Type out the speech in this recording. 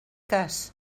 cas